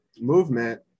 movement